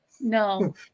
no